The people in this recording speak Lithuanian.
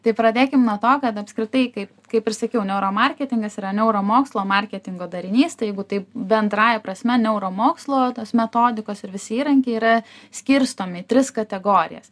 tai pradėkim nuo to kad apskritai kaip kaip ir sakiau neuromarketingas yra neuromokslo marketingo darinys tai jeigu taip bendrąja prasme neuromokslo tos metodikos ir visi įrankiai yra skirstomi į tris kategorijas